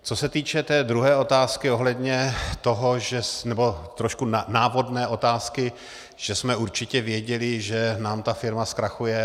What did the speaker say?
Co se týče té druhé otázky ohledně toho, nebo trošku návodné otázky, že jsme určitě věděli, že nám ta firma zkrachuje.